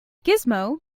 gizmo